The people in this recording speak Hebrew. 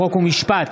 חוק ומשפט.